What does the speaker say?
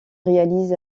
réalise